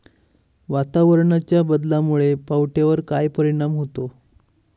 वातावरणाच्या बदलामुळे पावट्यावर काय परिणाम होतो?